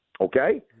okay